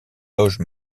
loges